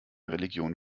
religion